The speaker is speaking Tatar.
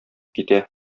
китә